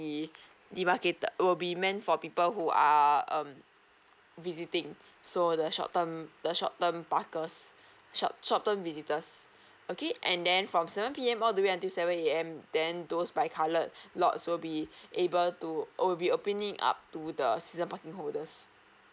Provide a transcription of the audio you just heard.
demarcated will be meant for people who are um visiting so the short term the short term parker's short short term visitors okay and then from seven P_M all the way until seven A_M then those by colored lots will be able to will be opening up to the season parking holders